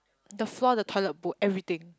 the floor the toilet bowl everything